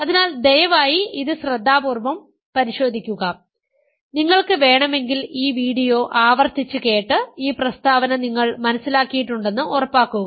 അതിനാൽ ദയവായി ഇത് ശ്രദ്ധാപൂർവ്വം പരിശോധിക്കുക നിങ്ങൾക്ക് വേണമെങ്കിൽ ഈ വീഡിയോ ആവർത്തിച്ച് കേട്ട് ഈ പ്രസ്താവന നിങ്ങൾ മനസ്സിലാക്കിയിട്ടുണ്ടെന്ന് ഉറപ്പാക്കുക